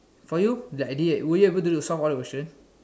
for you the idea were you able to solve all the questions